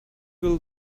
will